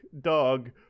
dog